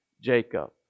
Jacob